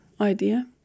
idea